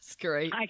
great